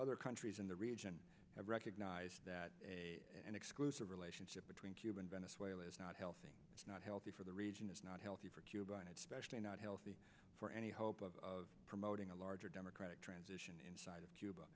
other countries in the region have recognized that an exclusive relationship between cuba and venezuela is not healthy it's not healthy for the region it's not healthy for cuba and especially not healthy for any hope of promoting a larger democratic transition inside of cuba